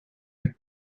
had